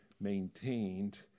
maintained